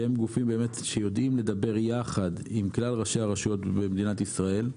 שהם גופים שיודעים לדבר יחד עם כלל ראשי הרשויות במדינת ישראל,